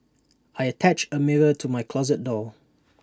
I attached A mirror to my closet door